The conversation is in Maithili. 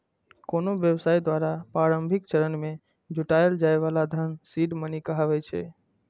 कोनो व्यवसाय द्वारा प्रारंभिक चरण मे जुटायल जाए बला धन सीड मनी कहाबै छै